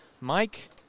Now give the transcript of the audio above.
Mike